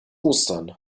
ostern